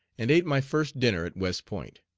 and ate my first dinner at west point.